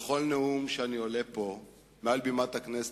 בכל נאום שאני עולה פה על בימת הכנסת,